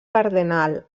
cardenal